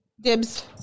Dibs